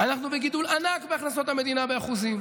אנחנו בגידול ענק בהכנסות המדינה באחוזים.